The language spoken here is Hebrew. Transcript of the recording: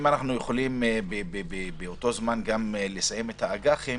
אם אנחנו יכולים באותו זמן גם לסיים את האג"חים